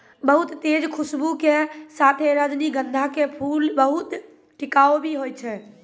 बहुत तेज खूशबू के साथॅ रजनीगंधा के फूल बहुत टिकाऊ भी हौय छै